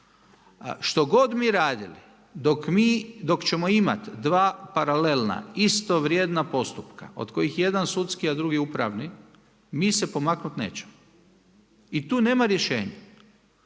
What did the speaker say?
što god mi radili, dok ćemo imati 2 paralelna, istovrijedna postupka, od kojih je jedan sudski a drugi upravni, mi se pomaknuti nećemo. I tu nema rješenja.